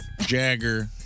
Jagger